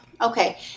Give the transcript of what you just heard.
okay